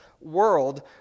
world